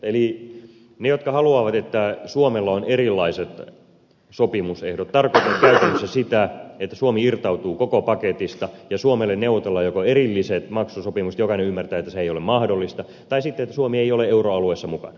eli ne jotka haluavat että suomella on erilaiset sopimusehdot tarkoittavat käytännössä sitä että suomi irtautuu koko paketista ja suomelle joko neuvotellaan erilliset maksusopimukset jokainen ymmärtää että se ei ole mahdollista tai sitten suomi ei ole euroalueen ratkaisuissa mukana